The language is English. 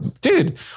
dude